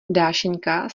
dášeňka